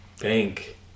bank